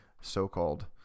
So-called